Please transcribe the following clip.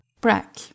Brack